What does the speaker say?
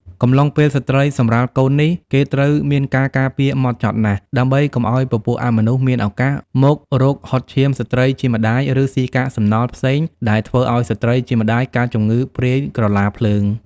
កំឡុងពេលស្ត្រីសម្រាលកូននេះគេត្រូវមានការការពារហ្មត់ចត់ណាស់ដើម្បីកុំឲ្យពពួកអមនុស្សមានឱកាសមករកហុតឈាមស្ត្រីជាម្តាយឬសុីកាកសំណល់ផ្សេងដែលធ្វើឲ្យស្រ្តីជាម្តាយកើតជំងឺព្រាយក្រឡាភ្លើង